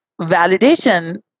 validation